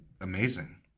amazing